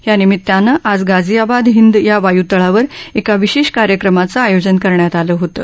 या निमितानं आज गाझियाबाद हिंद या वायुतळावर एका विशेष कार्यक्रमाचं आयोजन करण्यात आनं होतं